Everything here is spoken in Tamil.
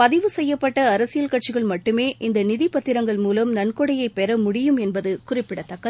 பதிவு செய்யப்பட்ட அரசியல் கட்சிகள் மட்டுமே இந்த நிதி பத்திரங்கள் மூலம் நன்கொடையை பெற முடியும் என்பது குறிப்பிடத்தக்கது